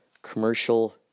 commercial